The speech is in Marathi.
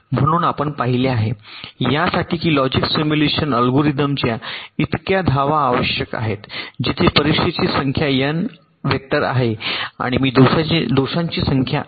म्हणून आपण पाहिले आहे यासाठी की लॉजिक सिम्युलेशन अल्गोरिदमच्या इतक्या धावा आवश्यक आहेत जिथे परीक्षेची संख्या एन वेक्टर आहे आणि M दोषांची संख्या आहे